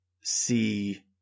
see